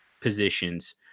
positions